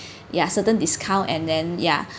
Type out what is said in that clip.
ya certain discount and then ya